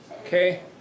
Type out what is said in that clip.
Okay